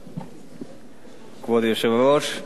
כבוד היושב-ראש, כרגע ישבת לידי,